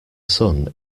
sun